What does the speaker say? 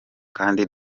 kandi